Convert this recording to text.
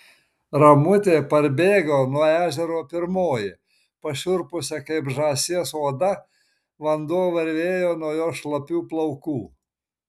ramutė parbėgo nuo ežero pirmoji pašiurpusia kaip žąsies oda vanduo varvėjo nuo jos šlapių plaukų